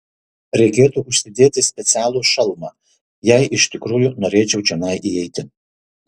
reikėtų užsidėti specialų šalmą jei iš tikrųjų norėčiau čionai įeiti